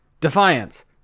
Defiance